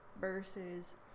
versus